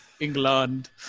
england